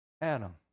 Adam